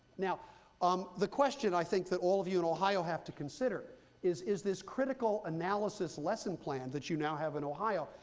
now um the question, i think, that all of you in ohio have to consider is, is this critical analysis lesson plan that you now have in ohio,